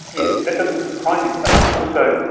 yes, that doesn't surprise me so much. also,